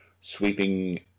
sweeping